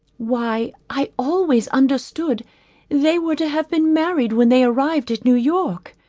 why i always understood they were to have been married when they arrived at new-york.